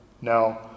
Now